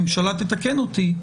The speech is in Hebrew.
ואנשי הממשלה יתקנו אותי,